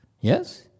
Yes